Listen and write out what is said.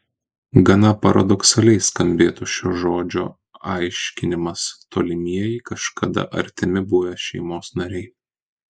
gana paradoksaliai skambėtų šio žodžio aiškinimas tolimieji kažkada artimi buvę šeimos nariai